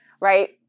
right